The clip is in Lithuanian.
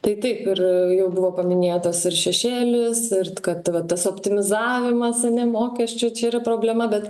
tai taip ir jau buvo paminėtas ir šešėlis ir kad va tas optimizavimas ane mokesčių čia yra problema bet